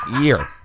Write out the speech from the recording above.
year